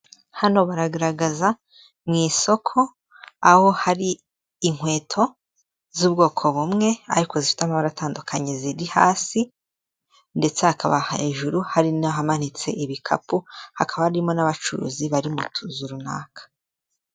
Hano baragaragaza mu isoko, aho hari inkweto, z'ubwoko bumwe, ariko zifite amabara atandukanye ziri hasi, ndetse hakaba hejuru hari n'ahamanitse ibikapu, hakaba harimo n'abacuruzi bari mu tuzu runaka.